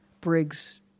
Briggs